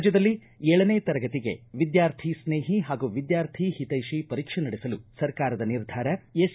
ರಾಜ್ಯದಲ್ಲಿ ಏಳನೇ ತರಗತಿಗೆ ವಿದ್ಯಾರ್ಥಿ ಸ್ನೇಹಿ ಹಾಗೂ ವಿದ್ಯಾರ್ಥಿ ಹಿತ್ಯೆಷಿ ಪರೀಕ್ಷೆ ನಡೆಸಲು ಸರ್ಕಾರದ ನಿರ್ಧಾರ ಎಸ್